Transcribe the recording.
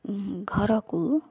ଘରକୁ